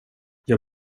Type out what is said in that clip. jag